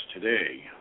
today